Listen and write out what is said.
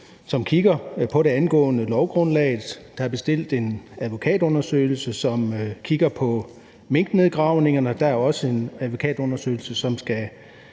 som kigger på det angående lovgrundlaget, at der er bestilt en advokatundersøgelse, som kigger på minknedgravningerne, og der er også en advokatundersøgelse, som skal